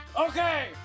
Okay